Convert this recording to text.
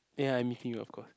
ya I'm meeting you of course